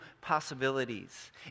possibilities